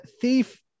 Thief